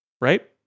right